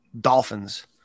Dolphins